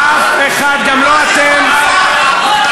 אף אחד, חברי הכנסת של הרשימה המשותפת.